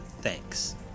thanks